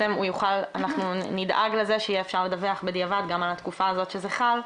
אנחנו נדאג לזה שיהיה אפשר לדווח בדיעבד גם על התקופה הזאת שזה חל,